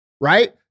Right